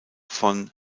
von